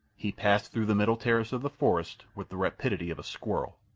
he passed through the middle terrace of the forest with the rapidity of a squirrel.